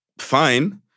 fine